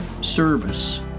service